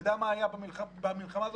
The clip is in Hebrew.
אתה יודע מה היה במלחמה הזאת?